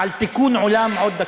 על תיקון עולם עוד דקה.